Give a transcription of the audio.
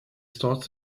starts